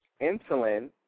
insulin